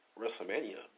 WrestleMania